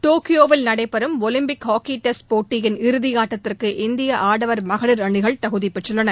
டோக்கியோவில் நடைபெறும் Olympic hockey test போட்டியின் இறதியாட்டத்திற்கு இந்திய ஆடவர் மகளிர் அணிகள் தகுதி பெற்றுள்ளன